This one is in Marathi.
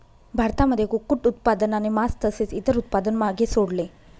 भारतामध्ये कुक्कुट उत्पादनाने मास तसेच इतर उत्पादन मागे सोडले